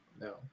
No